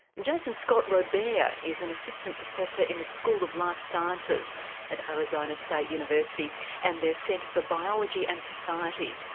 jason scott robert is an assistant professor in the school of life sciences at arizona state university and their centre for biology and society.